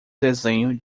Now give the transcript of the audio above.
desenhos